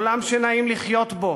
עולם שנעים לחיות בו.